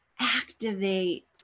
activate